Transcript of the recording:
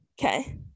okay